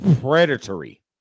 predatory